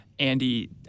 Andy